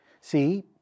See